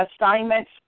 assignments